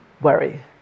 worry